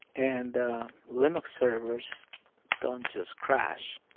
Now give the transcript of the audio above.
and linux servers don't just crash.